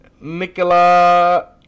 Nicola